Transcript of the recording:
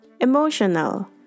Emotional